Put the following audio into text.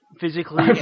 Physically